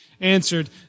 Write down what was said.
answered